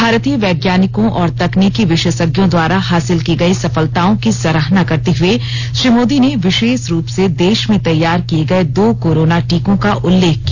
भारतीय वैज्ञानिकों और तकनिकी विशेषज्ञों द्वारा हासिल की गई सफलताओं की सराहना करते हुए श्री मोदी ने विशेष रूप से देश में तैयार किये गये दो कोरोना टीकों का उल्लेख किया